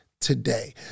today